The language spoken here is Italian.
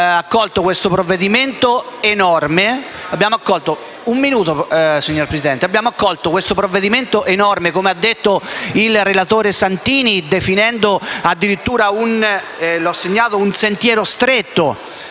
abbiamo accolto questo provvedimento enorme, come ha detto il relatore Santini, definendolo addirittura «un sentiero stretto»;